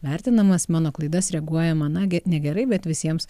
vertinamas į mano klaidas reaguojama nagi negerai bet visiems